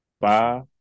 Five